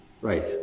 Right